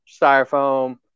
styrofoam